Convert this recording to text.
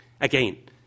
again